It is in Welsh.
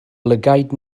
lygaid